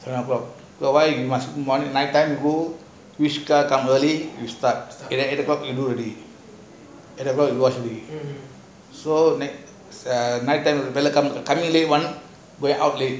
seven o'clock so night time go reach here early then must go early night time come cannot late one then out already